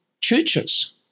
churches